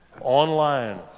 Online